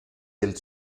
del